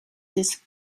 this